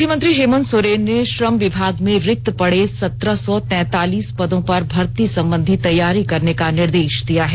मुख्यमंत्री हेमंत सोरेन ने श्रम विभाग में रिक्त सत्रह सौ तैंतालीस पदों पर भर्ती संबंधी तैयारी करने का निर्देश दिया है